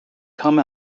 come